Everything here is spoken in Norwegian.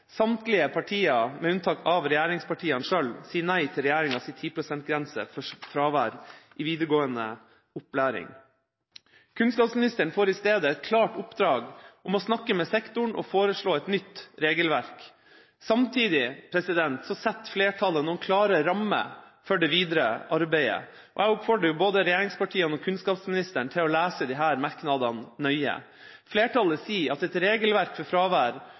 samtlige partier med unntak av regjeringspartiene, sier nei til regjeringas 10 pst.-grense for fravær i videregående opplæring. Kunnskapsministeren får i stedet i klart oppdrag å snakke med sektoren og foreslå et nytt regelverk. Samtidig setter flertallet noen klare rammer for det videre arbeidet. Jeg oppfordrer både regjeringspartiene og kunnskapsministeren til å lese disse merknadene nøye. Flertallet sier at et regelverk for fravær